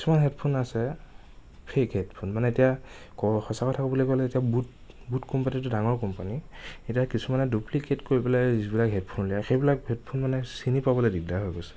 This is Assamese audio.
কিছুমান হেডফোন আছে ফেক হেডফোন মানে এতিয়া ক' সঁচা কথা ক'বলৈ গ'লে এতিয়া বুট বুট কোম্পানীটো ডাঙৰ কোম্পানী এতিয়া কিছুমান ডুপ্লিকেট কৰি পেলাই যিবিলাক হেডফোন সেইবিলাক হেডফোন মানে চিনি পাবলৈ দিকদাৰ হৈ গৈছে